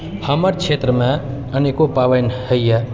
हमर क्षेत्रमे अनेको पाबनि हैए